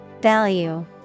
Value